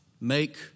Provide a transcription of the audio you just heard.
make